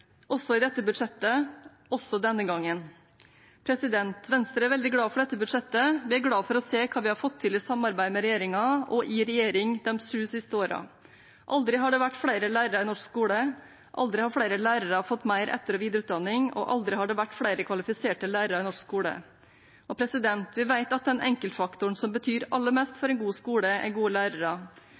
også i dette budsjettet, også denne gangen. Venstre er veldig glad for dette budsjettet. Vi er glad for å se hva vi har fått til i samarbeid med regjeringen, og i regjering, de sju siste årene. Aldri har det vært flere lærere i norsk skole, aldri har flere lærere fått mer etter- og videreutdanning, og aldri har det vært flere kvalifiserte lærere i norsk skole. Vi vet at den enkeltfaktoren som betyr aller mest for en god skole, er gode lærere.